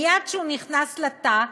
מייד כשהוא נכנס לתא,